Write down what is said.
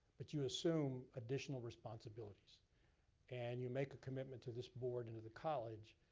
but you assume additional responsibilities and you make a commitment to this board and to the college,